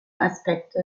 aspekte